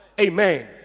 amen